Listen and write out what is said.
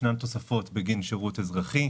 ישנן תוספות בגין שירות אזרחי,